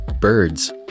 Birds